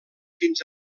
fins